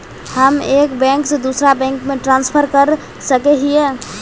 हम एक बैंक से दूसरा बैंक में ट्रांसफर कर सके हिये?